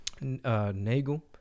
Nagel